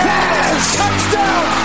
Touchdown